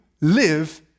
live